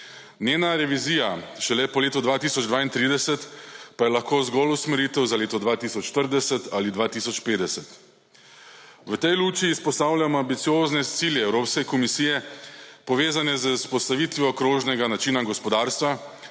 Njena revizija šele po letu 2032 pa je lahko zgolj usmeritev za leto 2040 ali 2050. V tej luči izpostavljam ambiciozne cilje Evropske komisije, povezane z vzpostavitvijo krožnega načina gospodarstva,